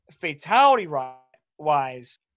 fatality-wise